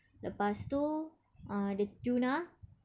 lepas tu uh the tuna